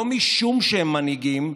לא משום שהם מנהיגים,